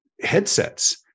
headsets